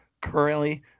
currently